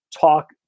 talk